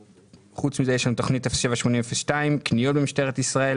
חוץ מזה יש לנו תוכנית 07-80-02 קניות במשטרת ישראל